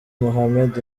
mohammed